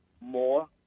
more